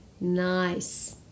Nice